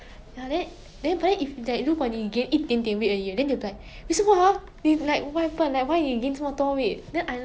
even though 他们有那个好意 like good intentions but like the effects of it is always very unclear